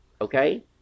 okay